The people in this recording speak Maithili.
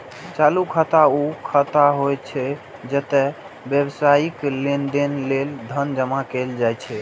चालू खाता ऊ खाता होइ छै, जतय व्यावसायिक लेनदेन लेल धन जमा कैल जाइ छै